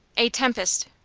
a tempest.